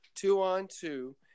two-on-two